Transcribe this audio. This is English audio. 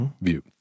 view